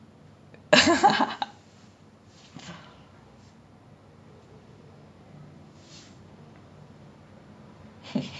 like அவங்க எல்லாருமே:avanga ellaarumae in on boat they can do push ups lah pull ups lah P_T I was like !wah! நீங்களா வேற:neengalaa vera level leh என்ன உட்டுருங்கப்பா என்னால முடியாது:enna uttrungappa ennaala mudiyaathu